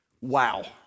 Wow